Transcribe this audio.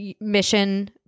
mission